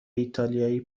ایتالیایی